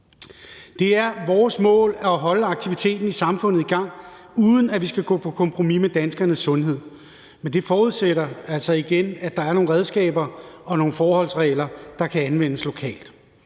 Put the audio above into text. Det er vores mål at holde aktiviteten i samfundet i gang, uden at vi skal gå på kompromis med danskernes sundhed, men det forudsætter altså igen, at der er nogle redskaber og nogle forholdsregler, der kan anvendes lokalt.